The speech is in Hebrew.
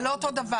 זה לא אותו הדבר.